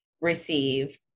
receive